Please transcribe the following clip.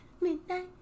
Midnight